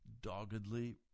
doggedly